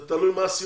זה תלוי מה הסיבות.